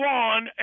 one